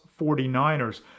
49ers